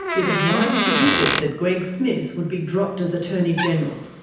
it was widely predicted that greg smith would be dropped as attorney general,